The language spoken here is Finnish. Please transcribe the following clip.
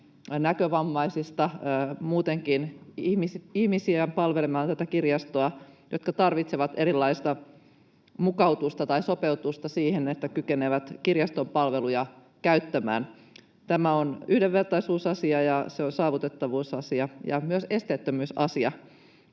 näkövammaisista palvelemaan muutenkin ihmisiä, jotka tarvitsevat erilaista mukautusta tai sopeutusta, jotta kykenevät kirjaston palveluja käyttämään. Tämä on yhdenvertaisuusasia, ja se on saavutettavuusasia ja myös esteettömyysasia,